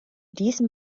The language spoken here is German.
diesem